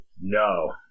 No